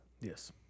yes